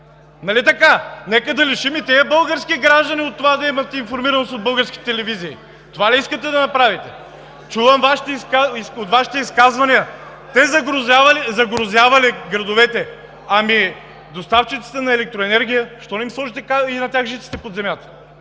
Нали така? Нека да лишим и тези български граждани от това да имат информираност от български телевизии. Това ли искате да направите? (Шум и реплики.) Чувам от Вашите изказвания: те загрозявали градовете. Ами доставчиците на електроенергия? Защо не им сложите и на тях жиците под земята?